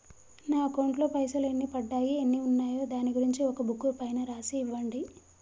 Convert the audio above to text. నా అకౌంట్ లో పైసలు ఎన్ని పడ్డాయి ఎన్ని ఉన్నాయో దాని గురించి ఒక బుక్కు పైన రాసి ఇవ్వండి?